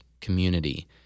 community